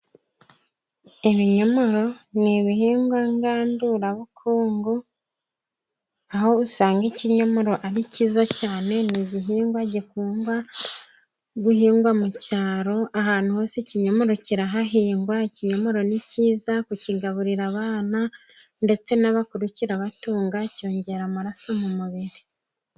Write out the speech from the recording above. Ibinyomoro ni ibihingwa ngandurabukungu, aho usanga ikinyomoro ari kiza cyane, ni igihingwa gikundwa guhingwa mu cyaro. Ahantu hose ikinyomoro kirahahingwa. Ikinyomoro ni kiza kukigaburira abana ndetse n'abakuru kirabatunga, cyongera amaraso mu mubiri.